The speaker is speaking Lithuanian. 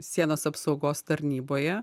sienos apsaugos tarnyboje